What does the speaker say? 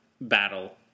battle